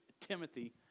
Timothy